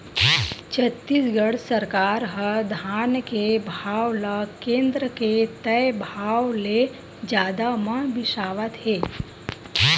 छत्तीसगढ़ सरकार ह धान के भाव ल केन्द्र के तय भाव ले जादा म बिसावत हे